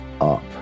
up